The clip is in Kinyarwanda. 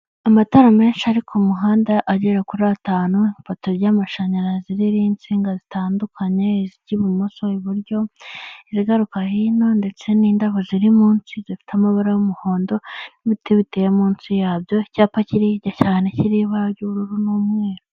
Amatara menshi ari ku muhanda agera kuri atanu, Ipoto ry'amashanyarazi ririho insinga zitandukanye izijya ibumoso, iburyo izigaruka hino ndetse n'indabo ziri munsi zifite amabara y'umuhondo n'ibiti biteye munsi yabyo, icyapa kiriho igisahane kiriho ibara ry'ubururu n'umweru.